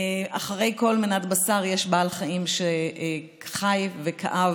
מאחורי כל מנת בשר יש בעל חיים שחי וכאב,